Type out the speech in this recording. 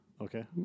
Okay